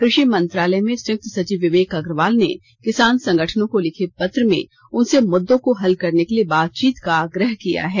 कृषि मंत्रालय में संयुक्त सचिव विवेक अग्रवाल ने किसान संगठनों को लिखे पत्र में उनसे मुद्दों को हल करने के लिए बातचीत का आग्रह किया है